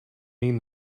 mean